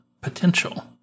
Potential